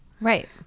right